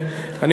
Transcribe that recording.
תודה רבה,